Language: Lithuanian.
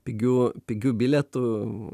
pigių pigių bilietų